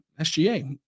SGA